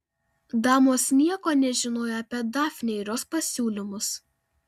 damos nieko nežinojo apie dafnę ir jos pasiūlymus